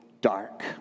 dark